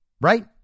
Right